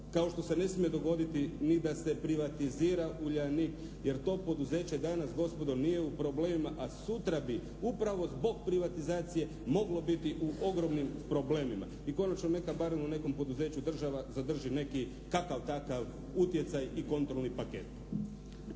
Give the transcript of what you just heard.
Kao što se ne smije dogoditi ni da se privatizira "Uljanik" jer to poduzeće danas, gospodo, nije u problemima, a sutra bi upravo zbog privatizacije moglo biti u ogromnim problemima. I konačno, neka barem u nekom poduzeću država zadrži neki kakav takav utjecaj i kontrolni paket.